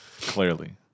Clearly